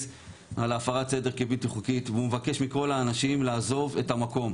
על הפרת הסדר כבלתי חוקית והוא מבקש מכל האנשים לעזוב את המקום.